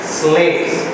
slaves